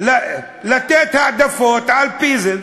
על-פי זה.